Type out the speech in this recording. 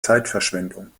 zeitverschwendung